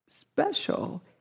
special